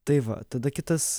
tai va tada kitas